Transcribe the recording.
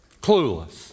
clueless